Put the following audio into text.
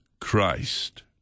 Christ